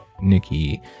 Nikki